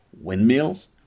windmills